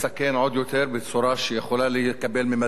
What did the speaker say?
בצורה שיכולה לקבל ממדים זוועתיים,